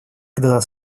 когда